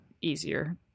easier